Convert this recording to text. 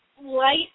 light